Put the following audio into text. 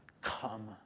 Come